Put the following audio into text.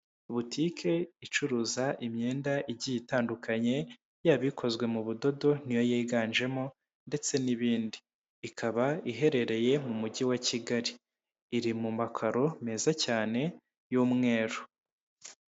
Butike icuruza imyenda igiye itandukanye, yaba ikozwe mu budodo ni yo yiganjemo, ndetse n'ibindi. Ikaba iherereye mu Mujyi wa Kigali. Iri mu makaro meza cyane y'umweru.